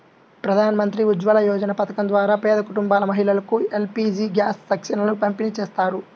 ప్రధాన్ మంత్రి ఉజ్వల యోజన పథకం ద్వారా పేద కుటుంబాల మహిళలకు ఎల్.పీ.జీ గ్యాస్ కనెక్షన్లను పంపిణీ చేస్తారు